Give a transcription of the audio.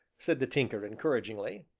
said the tinker encouragingly.